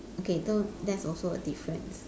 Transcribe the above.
okay so that's also a difference